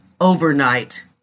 overnight